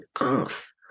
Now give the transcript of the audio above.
off